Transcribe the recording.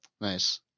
nice